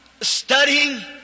studying